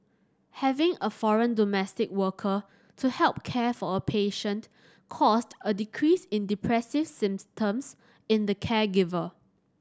having a foreign domestic worker to help care for a patient caused a decrease in depressive symptoms in the caregiver